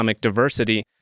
diversity